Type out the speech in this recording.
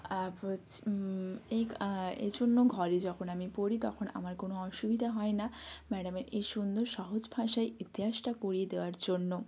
হচ্ছে এই এই জন্য ঘরে যখন আমি পড়ি তখন আমার কোনো অসুবিধা হয় না ম্যাডামের এই সুন্দর সহজ ভাষায় ইতিহাসটা পড়িয়ে দেওয়ার জন্য